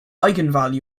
eigenvalue